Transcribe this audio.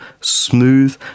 smooth